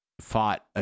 fought